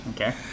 Okay